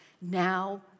Now